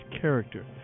character